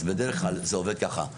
בדרך כלל זה עובד ככה,